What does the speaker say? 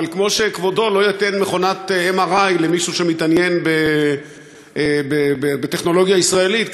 אבל כמו שכבודו לא ייתן מכונת MRI למישהו שמתעניין בטכנולוגיה ישראלית,